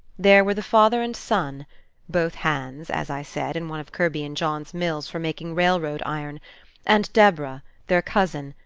there were the father and son both hands, as i said, in one of kirby and john's mills for making railroad-iron and deborah, their cousin,